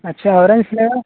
अच्छा orange flavour